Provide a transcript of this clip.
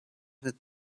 with